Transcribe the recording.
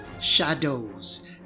shadows